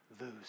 lose